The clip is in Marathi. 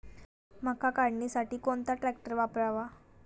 मका काढणीसाठी कोणता ट्रॅक्टर वापरावा?